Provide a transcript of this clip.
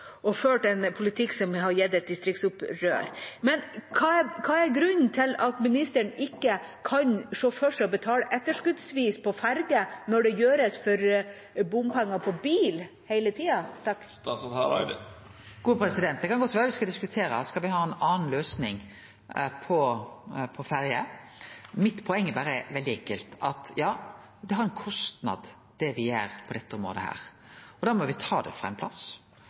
og ført en politikk som har gitt et distriktsopprør. Hva er grunnen til at ministeren ikke kan se for seg å betale etterskuddsvis på ferger, når det gjøres for bompenger på bil hele tida? Det kan godt vere me skal diskutere om me skal ha ei anna løysing på ferjer, men mitt poeng er veldig enkelt: Ja, det har ein kostnad det me gjer på dette området, og da må me ta det frå ein plass.